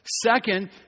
Second